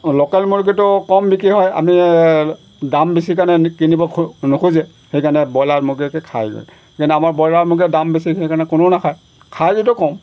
local মুৰ্গীটো কম বিক্ৰী হয় আমি দাম বেছি কাৰণে কিনিব খো নোখোজে সেইকাৰণে ব্ৰইলাৰ মুৰ্গীকে খাই গৈ কিন্তু আমাৰ ব্ৰইলাৰ মুৰ্গীয়ে দাম বেছি সেইকাৰণে কোনো নাখায় খাই যদিও কম